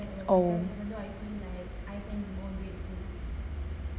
oh